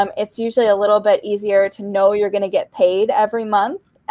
um it's usually a little bit easier to know you're going to get paid every month.